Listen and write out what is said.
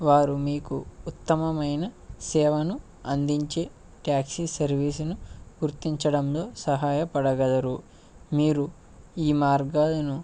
వారు మీకు ఉత్తమమైన సేవను అందించే ట్యాక్సీ సర్వీస్ను గుర్తించడంలో సహాయపడగలరు మీరు ఈ మార్గాలను